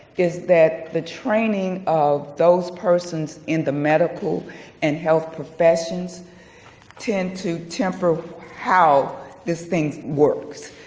is that the training of those persons in the medical and health professions tend to temper how this thing works.